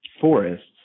forests